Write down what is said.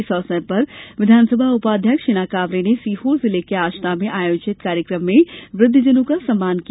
इस अवसर पर विधानसभा उपाध्यक्ष हिना कांवरे ने सीहोर जिले के आष्टा में आयोजित कार्यक्रम में वृद्धजनों का सम्मान किया